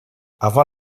avant